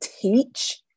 teach